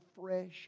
fresh